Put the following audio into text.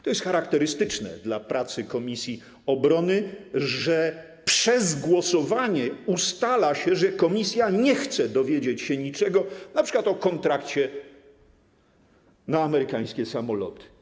To jest charakterystyczne dla pracy komisji obrony, że przez głosowanie ustala się, że komisja nie chce dowiedzieć się niczego, np. o kontrakcie na amerykańskie samoloty.